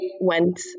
went